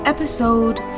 Episode